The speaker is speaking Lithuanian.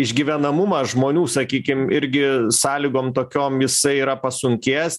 išgyvenamumą žmonių sakykim irgi sąlygom tokiom jisai yra pasunkėjęs